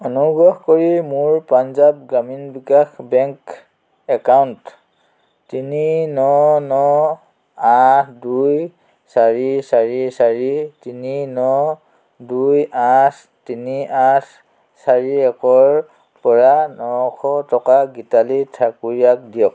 অনুগ্ৰহ কৰি মোৰ পাঞ্জাৱ গ্ৰামীণ বিকাশ বেংক একাউণ্ট তিনি ন ন আঠ দুই চাৰি চাৰি চাৰি তিনি ন দুই আঠ তিনি আঠ চাৰি একৰপৰা নশ টকা গীতালি ঠাকুৰীয়াক দিয়ক